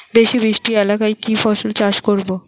বেশি বৃষ্টি এলাকায় কি ফসল চাষ করব?